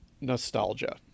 nostalgia